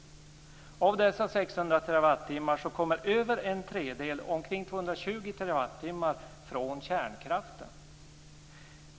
Av dessa 600 TWh kommer över en tredjedel, omkring 220 TWh, från kärnkraften.